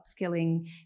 upskilling